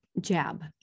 jab